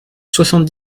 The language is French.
soixante